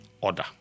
order